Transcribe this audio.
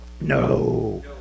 No